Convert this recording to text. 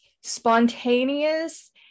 spontaneous